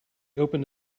opened